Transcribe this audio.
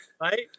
right